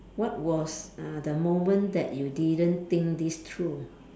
what was uh the moment that you didn't think this through